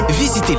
visitez